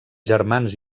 germans